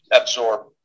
absorb